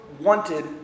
wanted